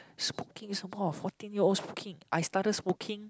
smoking some more fourteen year old smoking I started smoking